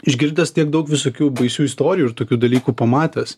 išgirdęs tiek daug visokių baisių istorijų ir tokių dalykų pamatęs